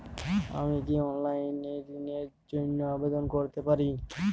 আমি কি অনলাইন এ ঋণ র জন্য আবেদন করতে পারি?